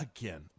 Again